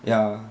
ya